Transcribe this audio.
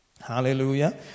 Hallelujah